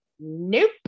Nope